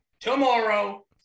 tomorrow